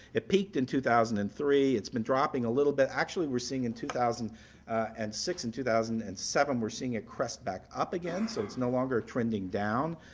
it peaked in two thousand and three. it's been dropping a little bit. actually we're seeing in two thousand and six and two thousand and seven we're seeing it crest back up again, so it's no longer trending down.